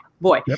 boy